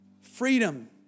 Freedom